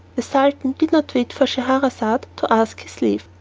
the sultan did not wait for scheherazade to ask his leave.